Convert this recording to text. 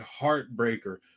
heartbreaker